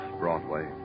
Broadway